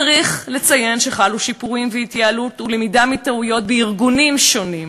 צריך לציין שחלו שיפורים והתייעלות ולמידה מטעויות בארגונים שונים.